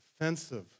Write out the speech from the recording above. offensive